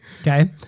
Okay